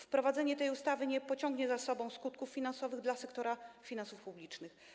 Wprowadzenie tej ustawy nie pociągnie za sobą skutków finansowych dla sektora finansów publicznych.